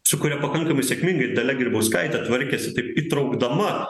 su kuria pakankamai sėkmingai dalia grybauskaitė tvarkėsi taip įtraukdama